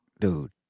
dude